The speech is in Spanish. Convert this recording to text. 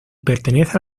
pertenece